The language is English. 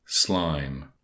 slime